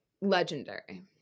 legendary